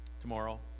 Tomorrow